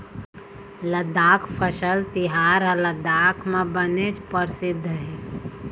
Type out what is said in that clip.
लद्दाख फसल तिहार ह लद्दाख म बनेच परसिद्ध हे